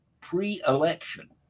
pre-election